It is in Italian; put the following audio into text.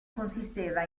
consisteva